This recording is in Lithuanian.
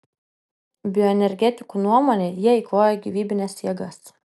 bioenergetikų nuomone jie eikvoja gyvybines jėgas